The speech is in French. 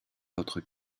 votre